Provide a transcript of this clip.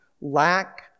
lack